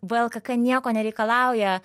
vlkk nieko nereikalauja